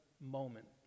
moment